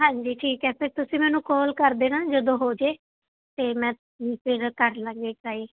ਹਾਂਜੀ ਠੀਕ ਹੈ ਫਿਰ ਤੁਸੀਂ ਮੈਨੂੰ ਕੋਲ ਕਰ ਦੇਣਾ ਜਦੋਂ ਹੋ ਜਾਏ ਅਤੇ ਮੈਂ ਫਿਰ ਕਰ ਲਾਂਗੀ ਟਰਾਈ